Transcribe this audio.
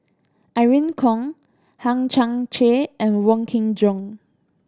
Irene Khong Hang Chang Chieh and Wong Kin Jong